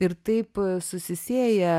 ir taip susisieja